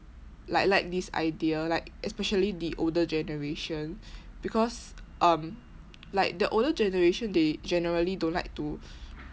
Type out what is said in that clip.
like like this idea like especially the older generation because um like the older generation they generally don't like to